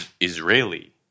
Israeli